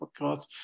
podcast